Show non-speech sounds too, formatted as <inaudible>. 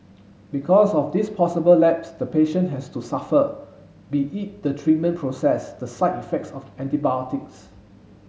<noise> because of this possible lapse the patient has to suffer be it the treatment process the side effects of antibiotics